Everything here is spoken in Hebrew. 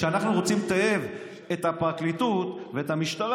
וכשאנחנו רוצים לטייב את הפרקליטות ואת המשטרה,